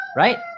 right